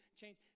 change